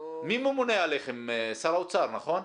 מי ממונה עליכם, שר האוצר, נכון?